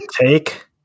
take